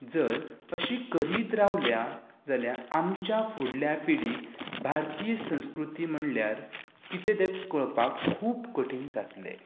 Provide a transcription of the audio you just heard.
जर अशी करीत रावल्या जाल्यार आमच्या फुडल्या पिडीक भारतीय संस्कृती म्हळ्यार कितें तें कळपाक खूब कठीन जातलें